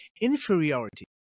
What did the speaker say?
inferiority